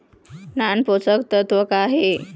नान पोषकतत्व का हे?